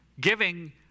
giving